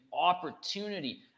opportunity